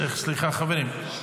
סליחה, חברים.